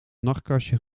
nachtkastje